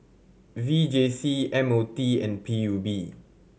V J C M O T and P U B